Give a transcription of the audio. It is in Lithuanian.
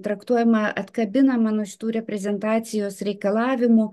traktuojama atkabinama nuo šitų reprezentacijos reikalavimų